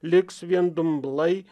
liks vien dumblai